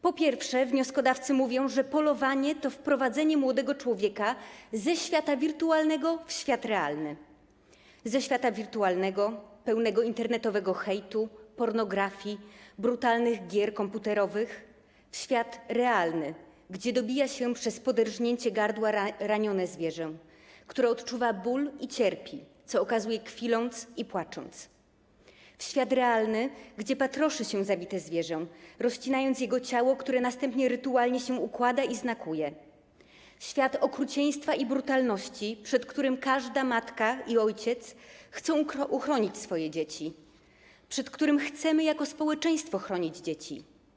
Po pierwsze, wnioskodawcy mówią, że polowanie to wyprowadzenie młodego człowieka ze świata wirtualnego i wprowadzenie go w świat realny, ze świata wirtualnego, pełnego internetowego hejtu, pornografii, brutalnych gier komputerowych, w świat realny, gdzie dobija się przez poderżnięcie gardła ranione zwierzę, które odczuwa ból i cierpi, co okazuje, kwiląc i płacząc, w świat realny, gdzie patroszy się zabite zwierzę, rozcinając jego ciało, które następnie rytualnie się układa i znakuje, w świat okrucieństwa i brutalności, przed którym każda matka i ojciec chcą uchronić swoje dzieci, przed którym chcemy jako społeczeństwo chronić dzieci.